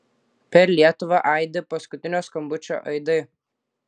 per lietuvą aidi paskutinio skambučio aidai